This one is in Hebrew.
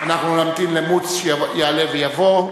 (מחיאות כפיים) נמתין למוץ שיעלה ויבוא.